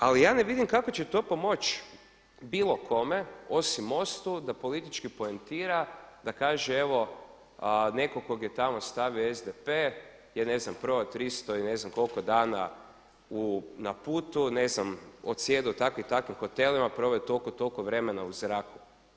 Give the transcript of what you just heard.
Ali ja ne vidim kako će to pomoći bilo kome osim MOST-u da politički poentira, da kaže evo, netko koga je tamo stavio SDP je ne znam proveo 300 ili ne znam koliko dana na putu, ne znam, odsjedao u takvim i takvim hotelima, proveo toliko i toliko vremena u zraku.